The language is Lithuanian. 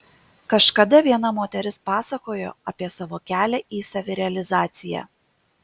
kažkada viena moteris pasakojo apie savo kelią į savirealizaciją